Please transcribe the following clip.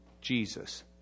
Jesus